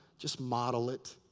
just model it.